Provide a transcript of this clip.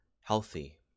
healthy